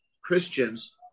Christians